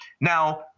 Now